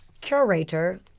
curator